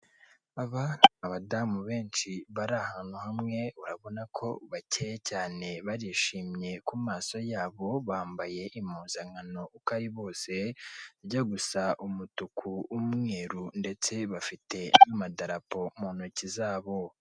Abadamu benshi bari ahantu hamwe, urabona ko bakeye cyane barishimye ku maso yabo, bambaye impuzankano uka ari bose ijya gusa umutuku, umweru ndetse bafite n'amadarapo mu ntoki zabo.